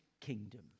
Kingdom